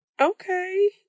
Okay